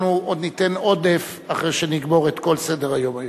אנחנו עוד ניתן עודף אחרי שנגמור את כל סדר-היום היום.